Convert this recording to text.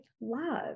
love